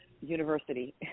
university